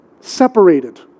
Separated